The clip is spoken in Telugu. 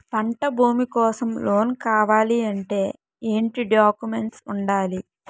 పంట భూమి కోసం లోన్ కావాలి అంటే ఏంటి డాక్యుమెంట్స్ ఉండాలి?